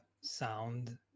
sound